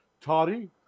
Toddy